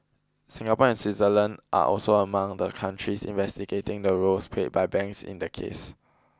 Singapore and Switzerland are also among the countries investigating the roles played by banks in the case